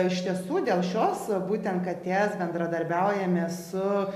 iš tiesų dėl šios būtent katės bendradarbiaujame su